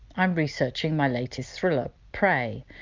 i'm researching my latest thriller, prey,